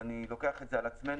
ואני לוקח את זה על עצמנו,